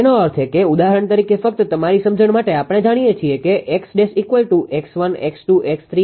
તેનો અર્થ એ કે ઉદાહરણ તરીકે ફક્ત તમારી સમજણ માટે આપણે જાણીએ છીએ કે 𝑋′𝑥1 𝑥2 𝑥3 𝑥4 છે